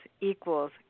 equals